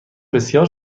بسیار